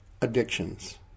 addictions